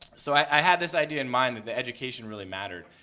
so i had this idea in mind that the education really mattered.